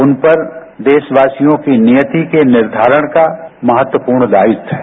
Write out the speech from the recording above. उन पर देशवासियों की नियती के निर्धारण का महत्वपूर्ण दायित्व है